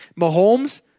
Mahomes